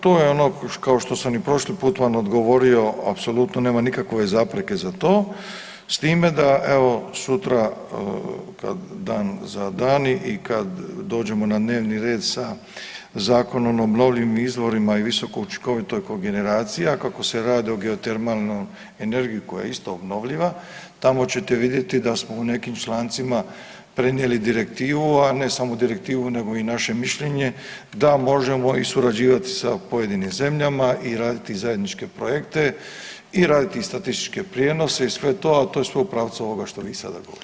To je ono, kao što sam i prošli put vam odgovorio, apsolutno nema nikakve zapreke za to, s time da, evo, sutra kad dan za dan, i kad dođemo na dnevni red sa Zakonom o obnovljivim izvorima i visokoučinkovitoj kogeneracija, kako se radi o geotermalnoj energiji, koja je isto obnovljiva, tamo ćete vidjeti da smo u nekim člancima prenijeli direktivu, a ne samo Direktivu, nego i naše mišljenje da možemo i surađivati sa pojedinim zemljama i raditi zajedničke projekte i raditi statističke prijenose i sve to, ali to je sve u pravcu ovoga što vi sada govorite.